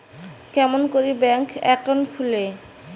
কেমন করি bank account খুলে?